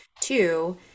two